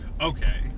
Okay